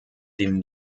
dem